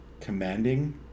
commanding